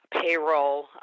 payroll